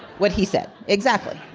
what he said. exactly.